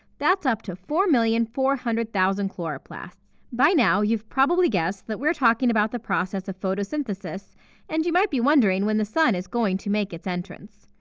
that's up to four million four hundred thousand chloroplasts! by now, you've probably guessed that we're talking about the process of photosynthesis and you might be wondering when the sun is going to make its entrance.